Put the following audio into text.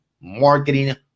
marketing